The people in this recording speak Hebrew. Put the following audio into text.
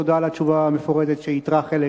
תודה על התשובה המפורטת שייתרה חלק